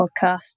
podcast